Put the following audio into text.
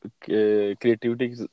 creativity